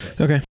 Okay